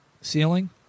Ceiling